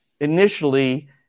initially